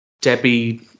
debbie